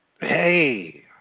Hey